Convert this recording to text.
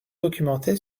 documenté